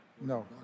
No